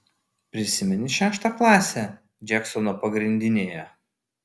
prisimeni šeštą klasę džeksono pagrindinėje